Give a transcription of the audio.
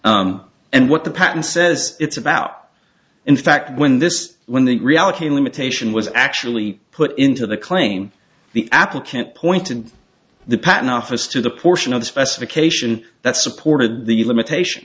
that and what the patent says it's about in fact when this when the reality limitation was actually put into the claim the applicant point and the patent office to the portion of the specification that supported the limitation